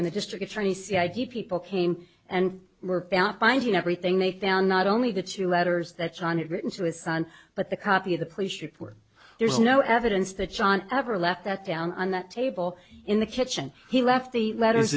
when the district attorney c id people came and were not finding everything they found not only the two letters that's ron had written to his son but the copy of the police report there's no evidence that john ever left that down on that table in the kitchen he left the letters